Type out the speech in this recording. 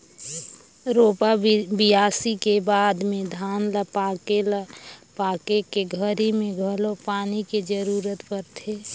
रोपा, बियासी के बाद में धान ल पाके ल पाके के घरी मे घलो पानी के जरूरत परथे